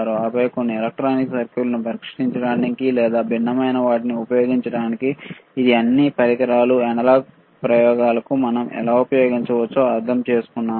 ఆపై కొన్ని ఎలక్ట్రానిక్ సర్క్యూట్లను పరిష్కరించడానికి లేదా భిన్నమైన వాటిని ఉపయోగించడానికి ఇది అన్ని పరికరాలు అనలాగ్ ప్రయోగాలకు మనం ఎలా ఉపయోగించవచ్చో అర్థం చేసుకున్నాము